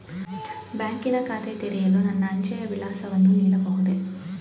ಬ್ಯಾಂಕಿನ ಖಾತೆ ತೆರೆಯಲು ನನ್ನ ಅಂಚೆಯ ವಿಳಾಸವನ್ನು ನೀಡಬಹುದೇ?